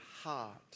heart